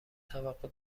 توقع